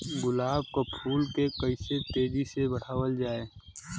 गुलाब क फूल के कइसे तेजी से बढ़ावल जा?